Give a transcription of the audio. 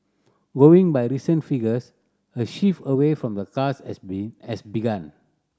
going by recent figures a shift away from the cars has been has begun